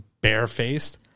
barefaced